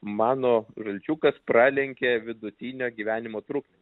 mano žalčiukas pralenkė vidutinę gyvenimo trukmę